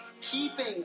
keeping